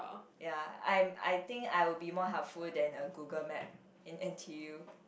ya I'm I think I will be more helpful than a Google Map in N_T_U